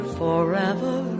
forever